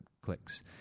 clicks